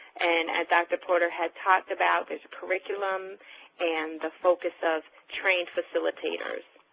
and as dr. porter had talked about there's a curriculum and the focus of trained facilitators.